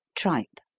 tripe.